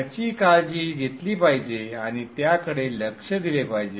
याची काळजी घेतली पाहिजे आणि त्याकडे लक्ष दिले पाहिजे